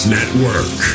Network